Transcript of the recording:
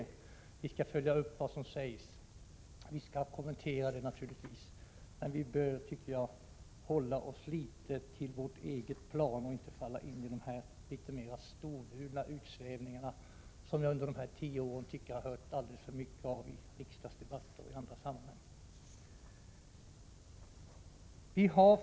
Vi skall naturligtvis följa upp vad som sägs och kommentera det, men vi bör hålla oss litet mer till vårt eget plan och inte falla in i de mer storvulna utsvävningar som jag under de gångna tio åren tycker mig ha hört alldeles för mycket av i riksdagsdebatter och i andra sammanhang.